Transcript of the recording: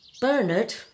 Bernard